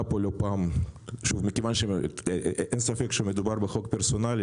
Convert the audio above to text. אין ספק שמדובר בחוק פרסונלי.